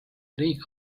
riik